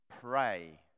pray